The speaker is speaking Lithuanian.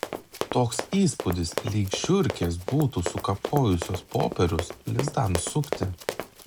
toks įspūdis lyg žiurkės būtų sukapojusios popierius lizdams sukti